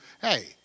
hey